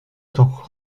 temps